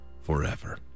forever